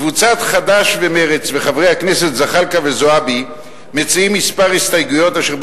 קבוצת חד"ש ומרצ וחברי הכנסת זחאלקה וזועבי מציעים מספר הסתייגויות אשר,